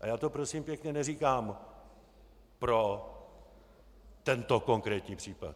A já to prosím pěkně neříkám pro tento konkrétní případ.